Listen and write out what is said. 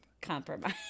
compromise